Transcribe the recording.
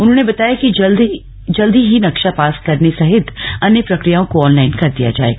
उन्होंने बताया कि जल्दी ही नक्शा पास करने सहित अन्य प्रक्रियाओं को ऑनलाइन कर दिया जायेगा